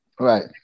Right